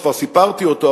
שכבר סיפרתי אותו,